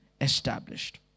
established